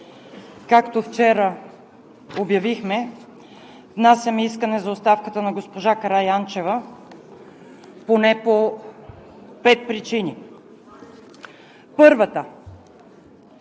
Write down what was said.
Както вчера обявихме, внасяме искане за оставката на госпожа Караянчева поне по пет причини. Първата,